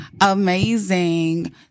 amazing